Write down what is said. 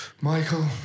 Michael